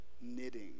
knitting